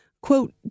quote